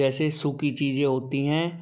जैसे सूखी चीज़ें होती हैं